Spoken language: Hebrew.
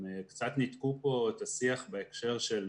גם קצת ניתקו פה את השיח בהקשר של